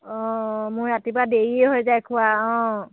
অঁ মোৰ ৰাতিপুৱা দেৰিয়ে হৈ যায় খোৱা অঁ